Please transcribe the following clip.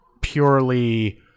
purely